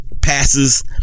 passes